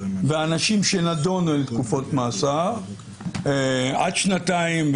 ואנשים שנידונו לתקופות מאסר עד שנתיים,